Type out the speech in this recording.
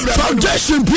foundation